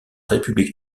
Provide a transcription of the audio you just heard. république